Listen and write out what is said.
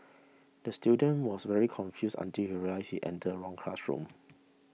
the student was very confused until he realised he entered the wrong classroom